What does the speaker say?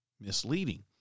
misleading